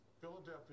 Philadelphia